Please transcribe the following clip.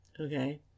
Okay